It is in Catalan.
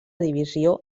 divisió